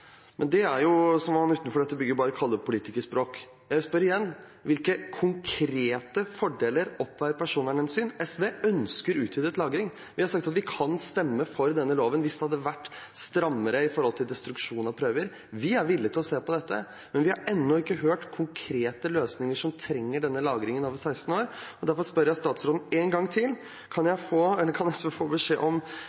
Det er jo det man utenfor dette bygget kaller politikerspråk. Jeg spør igjen: Hvilke konkrete fordeler oppveier personvernhensyn? SV ønsker utvidet lagring, og vi har sagt at vi kan stemme for denne loven hvis den hadde vært strammere når det gjelder destruksjon av prøver. Vi er villig til å se på dette, men vi har ennå ikke hørt noe konkrete om hvem som trenger lagring utover 16 år. Derfor spør jeg statsråden en gang til: Kan